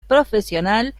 profesional